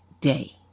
day